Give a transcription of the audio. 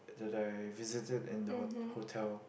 like visited in the hot~ hotel